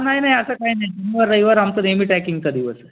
नाही नाही असं काय नाही शनिवार रविवार आमचं नेहमी ट्रॅकिंगचा दिवस आहे